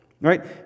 right